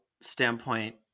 standpoint